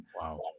Wow